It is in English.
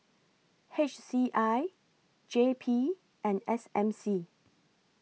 H C I J P and S M C